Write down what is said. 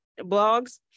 blogs